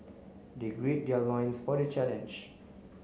they gird their loins for the challenge